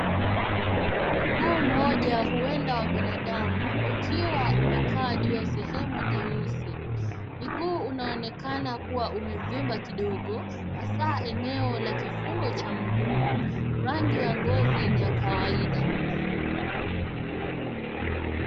Mguu mmoja, huenda wa binadamu, ukiwa umekaa kwenye sehemu yenye uso mweusi. Mguu unaonekana kuwa imevimba kidogo, hasa eneo la kifundo cha mguu. Rangi ya ngozi ni ya kawaida.